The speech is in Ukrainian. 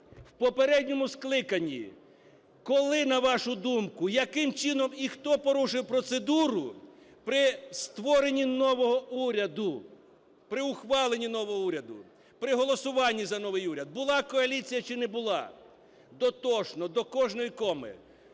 В попередньому скликанні, коли, на вашу думку, яким чином і хто порушив процедуру при створенні нового уряду, при ухваленні нового уряду, при голосуванні за новий уряд, була коаліція чи не була? Дотошно, до кожної коми